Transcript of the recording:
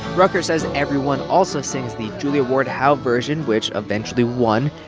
rucker says everyone also sings the julia ward howe version, which eventually won,